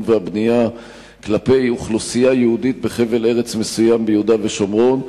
והבנייה כלפי אוכלוסייה יהודית בחבל ארץ מסוים ביהודה ושומרון,